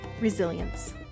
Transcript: Resilience